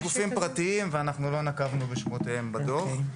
הם גופים פרטיים ואנחנו לא נקבנו בשמותיהם בדוח.